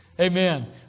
Amen